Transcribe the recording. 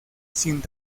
sin